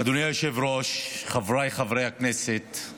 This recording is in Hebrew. אדוני היושב-ראש, חבריי חברי הכנסת,